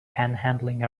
panhandling